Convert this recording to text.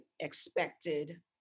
expected